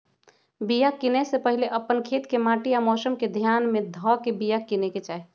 बिया किनेए से पहिले अप्पन खेत के माटि आ मौसम के ध्यान में ध के बिया किनेकेँ चाही